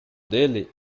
delhi